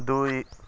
ଦୁଇ